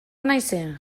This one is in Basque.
naizen